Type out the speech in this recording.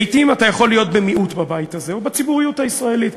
לעתים אתה יכול להיות במיעוט בבית הזה או בציבוריות הישראלית,